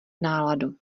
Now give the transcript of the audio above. náladu